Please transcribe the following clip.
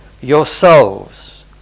yourselves